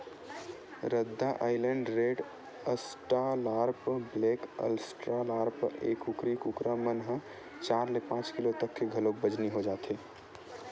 रद्दा Island Red, Australorp, black Australorp, ए कुकरी कुकरा मन ह चार ले पांच किलो तक के घलोक बजनी हो जाथे